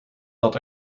dat